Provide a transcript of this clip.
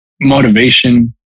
motivation